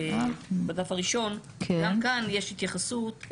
כאן יש התייחסות,